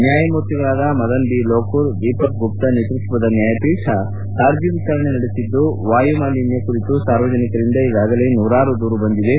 ನ್ನಾಯಮೂರ್ತಿಗಳಾದ Madan B Lokur Deepak Gupta ನೇತ್ಪಕ್ಷದ ನ್ನಾಯಪೀಠ ಅರ್ಜಿ ವಿಚಾರಣೆ ನಡೆಸಿದ್ಲು ವಾಯು ಮಾಲಿನ್ನ ಕುರಿತು ಸಾರ್ವಜನಿಕರಿಂದ ಈಗಾಗಲೇ ನೂರಾರು ದೂರು ಬಂದಿವೆ